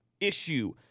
issue